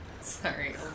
Sorry